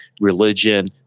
religion